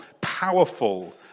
powerful